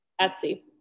Etsy